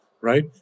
right